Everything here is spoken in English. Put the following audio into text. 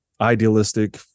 idealistic